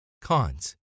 Cons